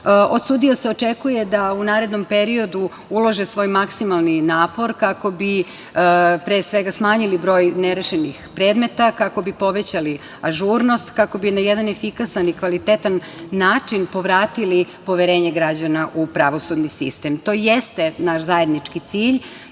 od sudija se očekuje da u narednom periodu ulože svoj maksimalni napor kako bi, pre svega, smanjili broj nerešenih predmeta, kako bi povećali ažurnost, kako bi na jedan efikasan i kvalitetan način povratili poverenje građana u pravosudni sistem. To jeste naš zajednički cilj.